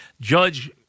Judge